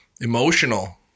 Emotional